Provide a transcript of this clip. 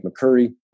McCurry